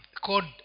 called